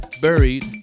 buried